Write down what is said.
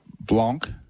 Blanc